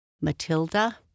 Matilda